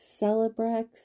Celebrex